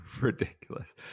Ridiculous